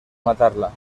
matarla